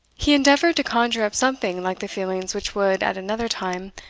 he endeavoured to conjure up something like the feelings which would, at another time,